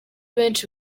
benshi